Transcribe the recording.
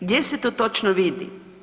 Gdje se to točno vidi?